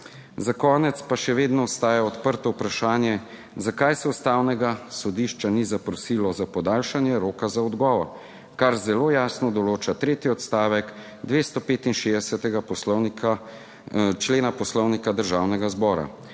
Za konec pa še vedno ostaja odprto vprašanje, zakaj se Ustavnega sodišča ni zaprosilo za podaljšanje roka za odgovor, kar zelo jasno določa tretji odstavek 265. poslovnika, člena Poslovnika Državnega zbora.